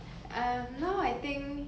um now I think